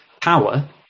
power